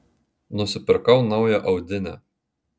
nusipirkau naują audinę